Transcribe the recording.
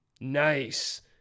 Nice